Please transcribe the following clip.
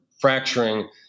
fracturing